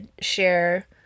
share